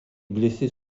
blessés